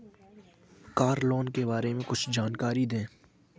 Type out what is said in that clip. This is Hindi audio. कार लोन के बारे में कुछ जानकारी दें?